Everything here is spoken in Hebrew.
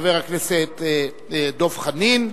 חבר הכנסת דב חנין,